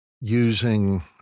using